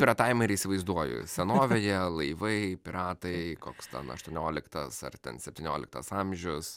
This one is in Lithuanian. piratavimą ir įsivaizduoju senovėje laivai piratai koks ten aštuonioliktas ar ten septynioliktas amžius